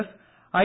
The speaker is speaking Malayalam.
F I